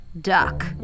Duck